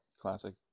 classic